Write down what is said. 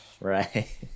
Right